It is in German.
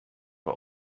bei